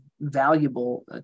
valuable